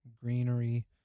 greenery